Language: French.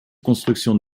construction